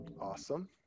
Awesome